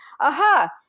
aha